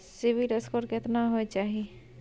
CIBIL score केतना होय चाही?